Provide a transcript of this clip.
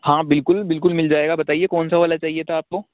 हाँ बिल्कुल बिल्कुल मिल जाएगा बताइए कौन सा वाला चाहिए था आपको